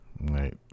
Right